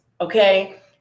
okay